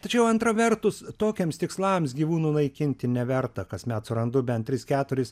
tačiau antra vertus tokiems tikslams gyvūnų naikinti neverta kasmet surandu bent tris keturis